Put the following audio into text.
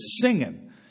singing